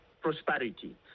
prosperity